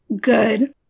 good